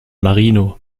marino